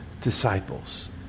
disciples